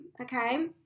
okay